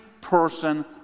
person